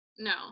No